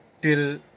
till